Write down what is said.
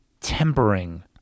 tempering